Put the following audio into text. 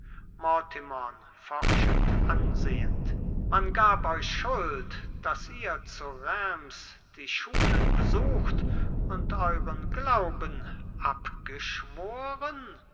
forschend ansehend man gab euch schuld daß ihr zu reims die schulen besucht und euren glauben abgeschworen